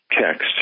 text